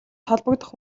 холбогдох